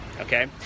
Okay